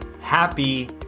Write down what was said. happy